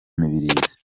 mibirizi